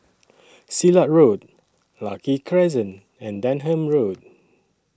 Silat Road Lucky Crescent and Denham Road